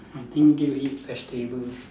I think then we eat vegetables